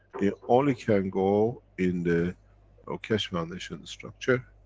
it only can go in the keshe foundation structure,